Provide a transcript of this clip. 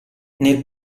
nel